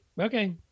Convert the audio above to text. Okay